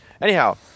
anyhow